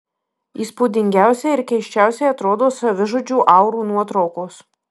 įspūdingiausiai ir keisčiausiai atrodo savižudžių aurų nuotraukos